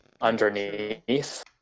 underneath